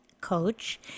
coach